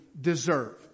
deserve